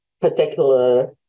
particular